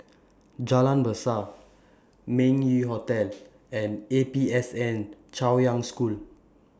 Jalan Berseh Meng Yew Hotel and A P S N Chaoyang School